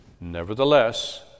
Nevertheless